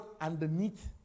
underneath